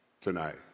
tonight